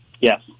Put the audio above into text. Yes